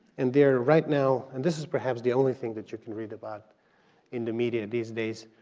and they are right now, and this is perhaps the only thing that you can read about in the media these days.